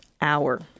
hour